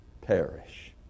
perish